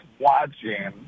watching